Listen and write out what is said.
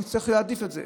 והם יעדיפו אותה.